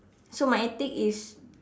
so my attic is